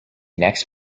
next